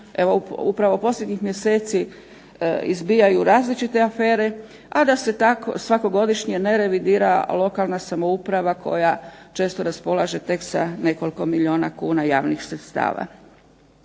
upravo posljednjih mjeseca izbijaju različite afere, a da se svakogodišnje ne revidira lokalna samouprava koja često raspolaže tek sa nekoliko milijuna kuna javnih sredstava.